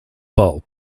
bulb